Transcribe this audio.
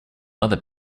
other